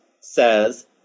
says